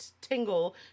Tingle